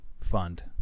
fund